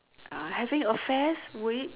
uh having affairs with